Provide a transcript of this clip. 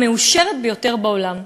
המאושרת ביותר בעולם.